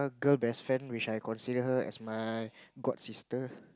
girl best friend which I consider her as my godsister